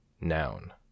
Noun